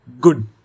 good